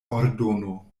ordono